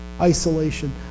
isolation